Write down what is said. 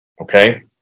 okay